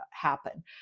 happen